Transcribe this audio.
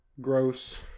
gross